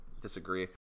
disagree